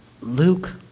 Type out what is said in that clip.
Luke